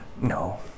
No